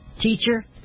teacher